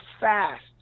fast